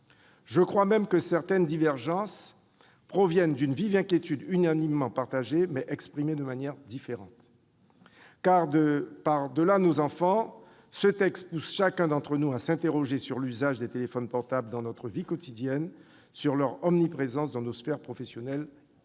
Je crois même que certaines divergences proviennent d'une vive inquiétude unanimement partagée, mais exprimée de manière différente. En effet, au-delà du cas de nos enfants, ce texte pousse chacun d'entre nous à s'interroger sur l'usage des téléphones portables dans notre vie quotidienne, sur leur omniprésence dans nos sphères professionnelle, personnelle